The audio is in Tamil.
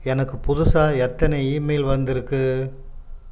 எனக்கு புதுசாக எத்தனை ஈமெயில் வந்திருக்குது